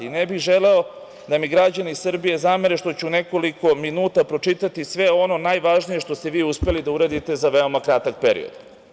Ne bih želeo da mi građani Srbije zamere što ću u nekoliko minuta pročitati sve ono najvažnije što ste vi uspeli da uradite za veoma kratak period.